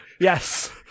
Yes